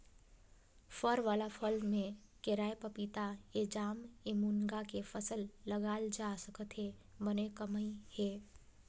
फर वाला फसल में केराएपपीताएजामएमूनगा के फसल लगाल जा सकत हे बने कमई हे